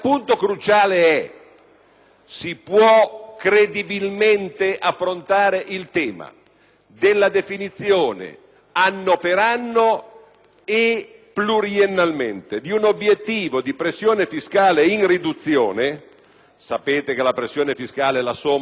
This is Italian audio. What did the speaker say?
della definizione anno per anno, e pluriennalmente, di un obiettivo di pressione fiscale in riduzione (sapete che la pressione fiscale è la somma di tutti i tributi e contributi in rapporto al prodotto interno lordo), soltanto se contestualmente